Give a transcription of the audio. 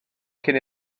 cyn